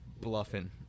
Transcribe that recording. bluffing